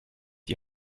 die